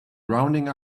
rounding